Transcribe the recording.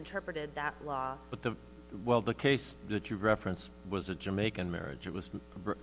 interpreted that law but the well the case that you reference was a jamaican marriage it was